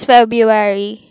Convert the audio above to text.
February